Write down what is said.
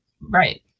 Right